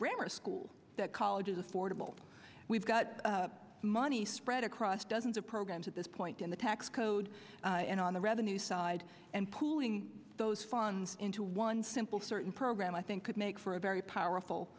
grammar school that college is affordable we've got money spread across dozens of programs at this point in the tax code and on the revenue side and pooling those funds into one simple certain program i think could make for a very powerful